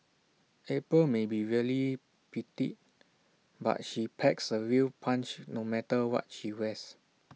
April may be really petite but she packs A real punch no matter what she wears